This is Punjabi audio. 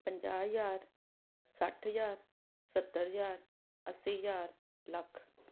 ਪੰਜਾਹ ਹਜ਼ਾਰ ਸੱਠ ਹਜ਼ਾਰ ਸੱਤਰ ਹਜ਼ਾਰ ਅੱਸੀ ਹਜ਼ਾਰ ਲੱਖ